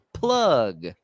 Plug